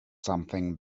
something